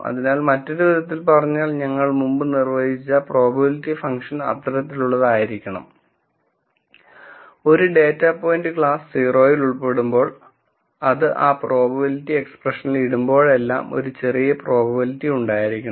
അതിനാൽ മറ്റൊരു വിധത്തിൽ പറഞ്ഞാൽ ഞങ്ങൾ മുമ്പ് നിർവചിച്ച പ്രോബബിലിറ്റി ഫംഗ്ഷൻ അത്തരത്തിലുള്ളതായിരിക്കണം ഒരു ഡാറ്റാ പോയിന്റ് ക്ലാസ് 0 ൽ ഉൾപ്പെടുമ്പോൾ അത് ആ പ്രോബബിലിറ്റി എക്സ്പ്രഷനിൽ ഇടുമ്പോഴെല്ലാം ഒരു ചെറിയ പ്രോബബിലിറ്റി ഉണ്ടായിരിക്കണം